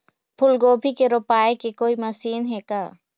फूलगोभी के रोपाई के कोई मशीन हे का?